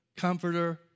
Comforter